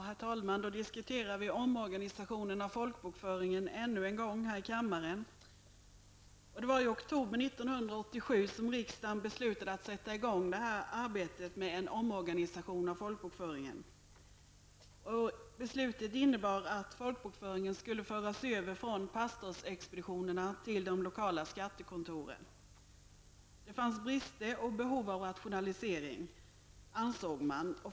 Herr talman! Så är då omorganisationen av folkbokföringen än en gång uppe till debatt i kammaren. Det var i oktober 1987 som riksdagen beslutade att sätta i gång arbetet med att organisera om folkbokföringen. Beslutet innebar att folkbokföringen skulle föras över från pastorsexpeditionerna till de lokala skattekontoren. Det fanns brister och behov av rationalisering, ansåg man.